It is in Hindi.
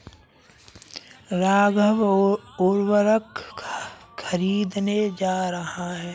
राघव उर्वरक खरीदने जा रहा है